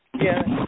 Yes